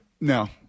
No